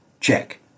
Check